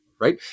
right